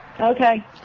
Okay